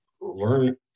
learn